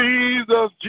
Jesus